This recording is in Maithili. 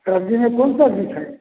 सब्जीमे कौन सब्जी छै